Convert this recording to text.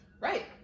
Right